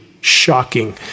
shocking